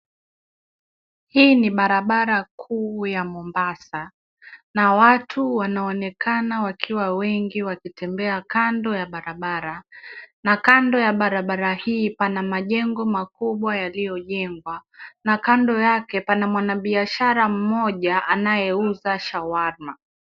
Hii ni barabara kuu ya Mombasa na watu wanaonekana wakiwa wengi wakitembea kando ya barabara, na kando ya barabara hii pana majengo makubwa yaliyojengwa, na a kando yake pana mwanabiashara mmoja anayeuza shawarma.